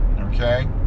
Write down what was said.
okay